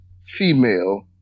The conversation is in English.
female